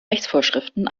rechtsvorschriften